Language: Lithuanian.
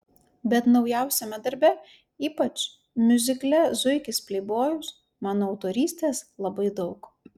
bet naujausiame darbe ypač miuzikle zuikis pleibojus mano autorystės labai daug